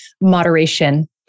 moderation